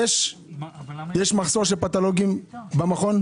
יש מחסור פתולוגים במכון?